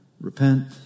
Repent